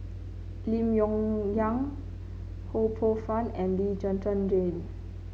Lim Yong Liang Ho Poh Fun and Lee Zhen Zhen Jane